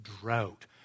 drought